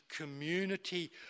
community